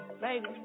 baby